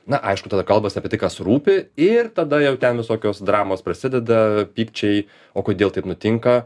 na aišku tada kalbasi apie tai kas rūpi ir tada jau ten visokios dramos prasideda pykčiai o kodėl taip nutinka